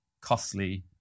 costly